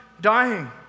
dying